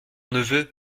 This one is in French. neveu